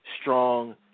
strong